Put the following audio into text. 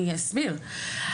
אני אסביר.